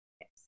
Yes